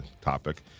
topic